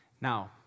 Now